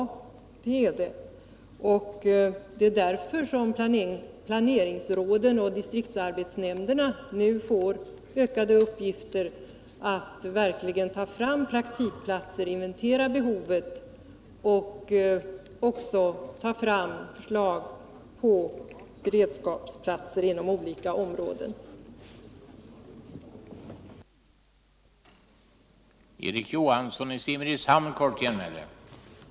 Ja, det är det, och det är därför som planeringsråden och distriktsarbetsnämnderna nu får ökade uppgifter att verkligen ta fram praktikplatser, inventera behovet och också ta fram förslag på beredskapsplatser inom olika. områden. Herr talman!